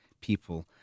people